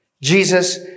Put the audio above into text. Jesus